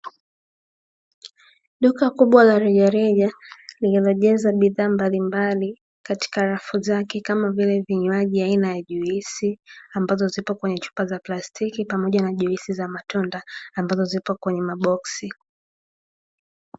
Duka kubwa la rejareja lililojaza bidhaa mbalimbali, katika rafu zake kama vile vinywaji aina ya juisi ambazo zipo kwenye chupa za plastiki pamoja na juisi za matunda, ambazo zipo kwenye maboksi.